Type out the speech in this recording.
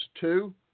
two